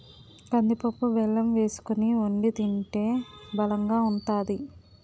కందిపప్పు బెల్లం వేసుకొని వొండి తింటే బలంగా ఉంతాది